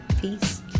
Peace